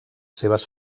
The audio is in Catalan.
seves